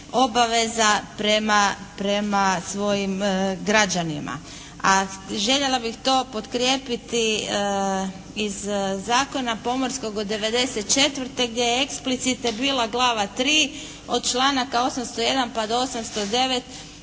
obaveza prema svojim građanima. A željela bih to potkrijepiti iz zakona pomorskog od 1994. gdje je eksplicite bila glava 3. od članaka 801. pa do 809.